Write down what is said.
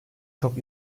çok